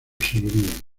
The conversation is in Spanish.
seguirían